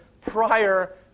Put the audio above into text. prior